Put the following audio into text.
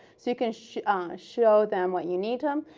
so you can show ah show them what you need to, um